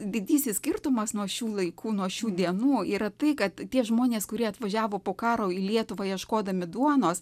didysis skirtumas nuo šių laikų nuo šių dienų yra tai kad tie žmonės kurie atvažiavo po karo į lietuvą ieškodami duonos